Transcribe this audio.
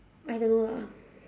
I don't know lah